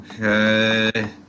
Okay